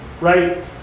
Right